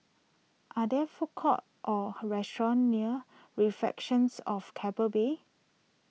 are there food courts or restaurants near Reflections of Keppel Bay